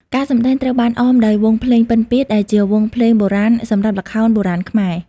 ការសម្ដែងត្រូវបានអមដោយវង់ភ្លេង ពិណពាទ្យ ដែលជាវង់ភ្លេងបុរាណសម្រាប់ល្ខោនបុរាណខ្មែរ ។